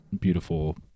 beautiful